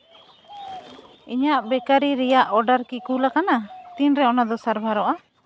ᱤᱧᱟᱹᱜ ᱵᱮᱠᱟᱨᱤ ᱨᱮᱭᱟᱜ ᱚᱰᱟᱨ ᱠᱤ ᱠᱩᱞ ᱟᱠᱟᱱᱟ ᱛᱤᱱ ᱨᱮ ᱚᱱᱟ ᱫᱚ ᱥᱟᱨᱵᱷᱟᱨᱚᱜᱼᱟ